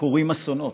קורים אסונות.